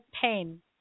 pain